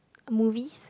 uh movies